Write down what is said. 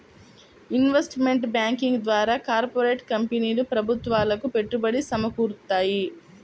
investment banking ద్వారా corporate కంపెనీలు ప్రభుత్వాలకు పెట్టుబడి సమకూరుత్తాయి